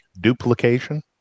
duplication